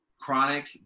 chronic